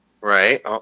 Right